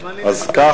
אם כך,